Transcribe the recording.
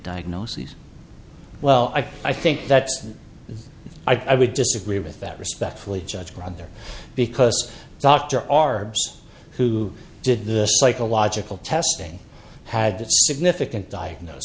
diagnoses well i think that's i would disagree with that respectfully judge rather because dr r s who did the psychological testing had the significant diagnos